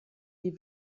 die